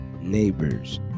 neighbors